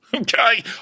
Okay